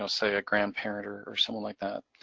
say a grandparent or something like that.